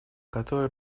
которые